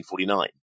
1949